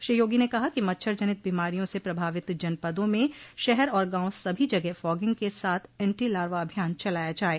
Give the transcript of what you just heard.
श्री योगी ने कहा कि मच्छर जनित बीमारियों से प्रभावित जनपदों में शहर और गांव सभी जगह फागिंग के साथ एन्टी लार्वा अभियान चलाया जाये